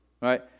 right